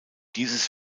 dieses